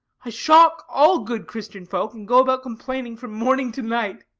i shock all good christian folk, and go about complaining from morning to night.